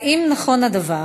1. האם נכון הדבר?